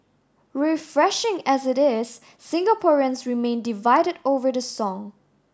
refreshing as it is Singaporeans remain divided over the song